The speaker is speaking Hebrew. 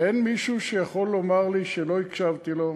אין מישהו שיכול לומר לי שלא הקשבתי לו,